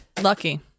Lucky